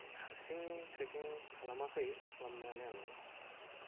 हारसिं ट्रेकिं खालामाखै खालामनायालाय आं